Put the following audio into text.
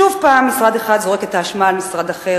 שוב, משרד אחד זורק את האשמה על משרד אחר.